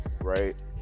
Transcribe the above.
right